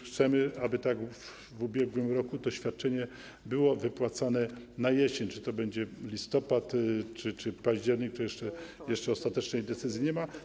Chcemy, aby tak jak w ubiegłym roku to świadczenie było wypłacane jesienią - czy to będzie listopad, czy październik, to jeszcze ostatecznej decyzji nie ma.